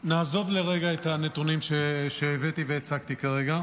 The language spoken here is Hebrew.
נעזוב לרגע את הנתונים שהבאתי והצגתי כרגע.